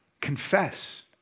Confess